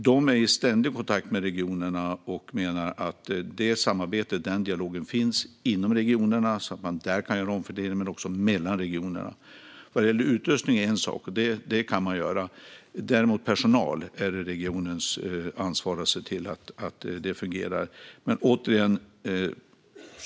Man är i ständig kontakt med regionerna, och man menar att samarbetet och dialogen finns inom regionerna så att en omfördelning kan ske där och dessutom mellan regionerna. Utrustning är en sak. Däremot är det regionernas ansvar att det fungerar med personal.